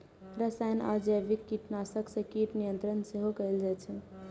रसायन आ जैविक कीटनाशक सं कीट नियंत्रण सेहो कैल जाइ छै